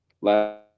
last